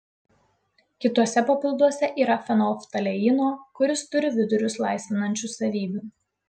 kituose papilduose yra fenolftaleino kuris turi vidurius laisvinančių savybių